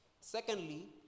Secondly